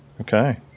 Okay